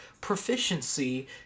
proficiency